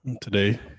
today